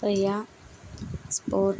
క్రియ స్పోర్ట్